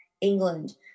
England